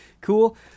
Cool